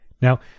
Now